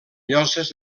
lloses